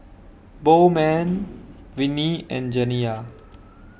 Bowman Vinie and Janiya